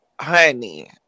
honey